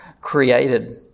created